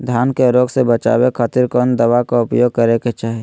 धान के रोग से बचावे खातिर कौन दवा के उपयोग करें कि चाहे?